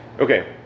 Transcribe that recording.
Okay